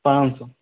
पाँच सौ